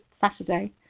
Saturday